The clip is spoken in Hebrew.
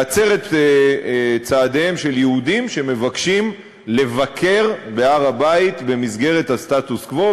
להצר את צעדיהם של יהודים שמבקשים לבקר בהר-הבית במסגרת הסטטוס-קוו,